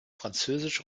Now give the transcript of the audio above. französisch